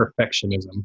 perfectionism